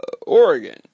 Oregon